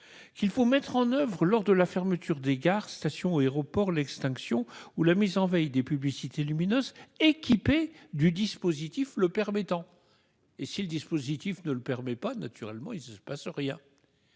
Qu'il faut mettre en oeuvre lors de la fermeture des gares, stations, aéroports, l'extinction ou la mise en veille des publicités lumineuses équipée du dispositif le permettant. Et si le dispositif ne le permet pas, naturellement, il se passe rien.